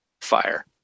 fire